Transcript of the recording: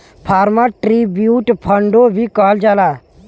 farmer tribute फ़ंडो भी कहल जाला